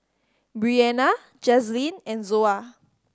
Breanna Jazlyn and Zoa